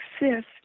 exist